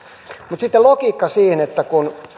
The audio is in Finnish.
mutta sitten logiikka siinä kun